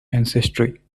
ancestry